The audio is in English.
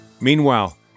Meanwhile